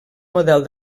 model